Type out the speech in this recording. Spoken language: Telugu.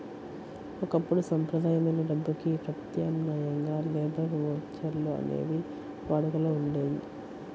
ఒకప్పుడు సంప్రదాయమైన డబ్బుకి ప్రత్యామ్నాయంగా లేబర్ ఓచర్లు అనేవి వాడుకలో ఉండేయి